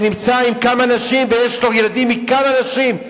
שנמצא עם כמה נשים ויש לו ילדים מכמה נשים,